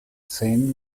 zehn